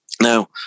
Now